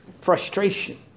frustration